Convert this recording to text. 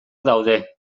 daude